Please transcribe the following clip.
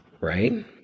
right